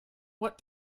what